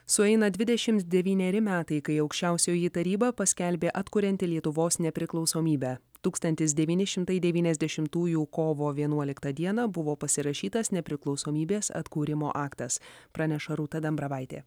sueina dvidešimt devyneri metai kai aukščiausioji taryba paskelbė atkurianti lietuvos nepriklausomybę tūkstantis devyni šimtai devyniasdešimtųjų kovo vienuoliktą dieną buvo pasirašytas nepriklausomybės atkūrimo aktas praneša rūta dambravaitė